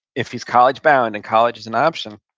if he's college bound and college is an option,